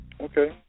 Okay